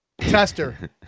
tester